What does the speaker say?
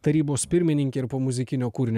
tarybos pirmininkė ir po muzikinio kūrinio